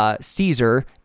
Caesar